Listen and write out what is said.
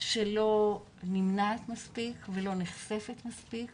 שלא נמנעת מספיק ולא נחשפת מספיק